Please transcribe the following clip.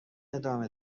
ادامه